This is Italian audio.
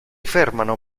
fermano